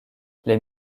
les